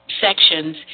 sections